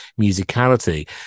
musicality